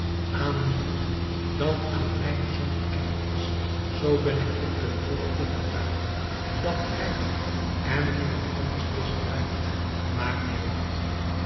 aan niemand dan aan mijn zoon bekend is zoo ben ik ook ten volle overtuigd dat hij en niemand anders deze taart gemaakt heeft